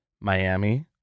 Miami